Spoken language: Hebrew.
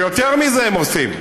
ויותר מזה הם עושים,